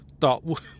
thought